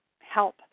help